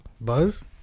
Buzz